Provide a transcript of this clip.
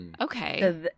Okay